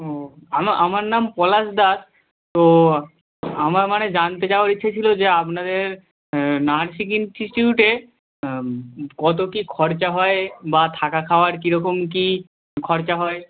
ও আমার নাম পলাশ দাস তো আমার মানে জানতে চাওয়ার ইচ্ছা ছিল যে আপনাদের নার্সিং ইনস্টিটিউটে কত কী খরচা হয় বা থাকা খাওয়ার কীরকম কী খরচা হয়